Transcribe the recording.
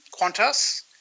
Qantas